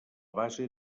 base